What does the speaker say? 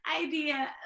idea